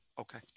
Okay